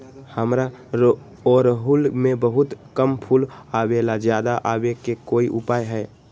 हमारा ओरहुल में बहुत कम फूल आवेला ज्यादा वाले के कोइ उपाय हैं?